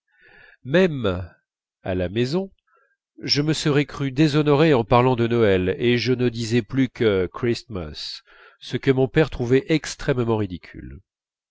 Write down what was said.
même à la maison je me serais cru déshonoré en parlant de noël et je ne disais plus que christmas ce que mon père trouvait extrêmement ridicule